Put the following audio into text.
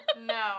No